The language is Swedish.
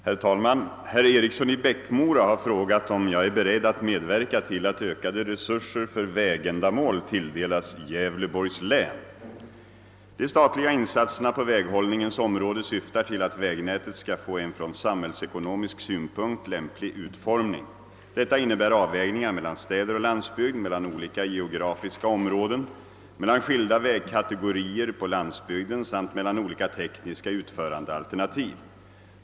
Herr talman! Herr Eriksson i Bäckmora har frågat om jag är beredd att medverka till att ökade resurser för vägändamål tilldelas Gävleborgs län. De statliga insatserna på väghållningens område syftar till att vägnätet skall få en från samhällsekonomisk synpunkt lämplig utformning. Detta innebär avvägningar mellan städer och landsbygd, mellan olika geografiska områden, mellan skilda vägkategorier på landsbygden samt mellan olika tekniska utförandealternativ.